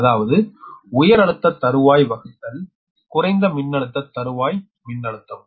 அதாவது உயர் அழுத்த தருவாய் வகுத்தல் குறைந்த மின்னழுத்த தருவாய் மின்னழுத்தம்